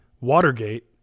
Watergate